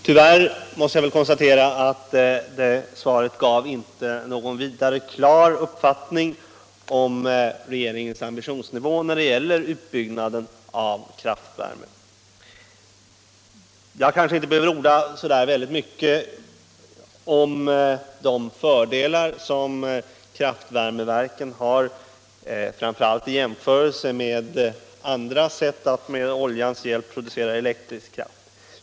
Tyvärr måste jag konstatera att svaret inte gav någon särskilt klar uppfattning om regeringens ambitionsnivå när det gäller utbyggnaden av kraftvärme. Jag behöver kanske inte orda så mycket om de fördelar som kraftvärmeverken har framför allt i jämförelse med andra sätt att med oljans hjälp producera elektrisk kraft.